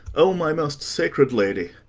o my most sacred lady,